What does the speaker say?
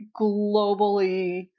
globally